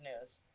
news